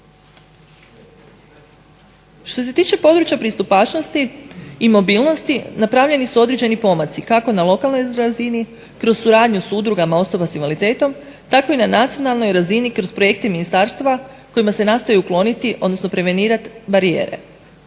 Što se tiče područja pristupačnosti i mobilnosti napravljeni su određeni pomaci, kako na lokalnoj razini kroz suradnju s udrugama osoba s invaliditetom tako i na nacionalnoj razini kroz projekte ministarstva kojima se nastoji ukloniti, odnosno prevenirati barijere.